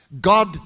God